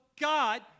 God